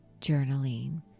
journaling